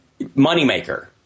moneymaker